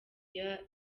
year